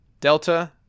delta